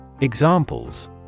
Examples